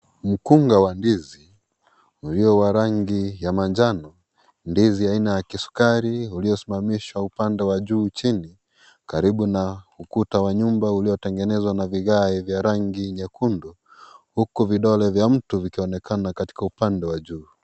Mkunga wa ndizi ulio wa rangi ya manjano ,ndizi aina ya kisukari uliosimamishwa upande wa juu chini karibu na ukuta wa nyumba uliyotengenezwa na vigae vya rangi nyekundu huku vidole vya mtu ikionekana katika upande wa juu.